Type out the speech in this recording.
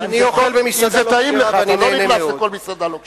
רק אם זה טעים לך, אתה לא נכנס לכל מסעדה לא כשרה.